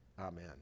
amen